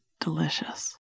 delicious